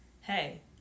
hey